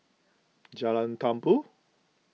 Jalan Tumpu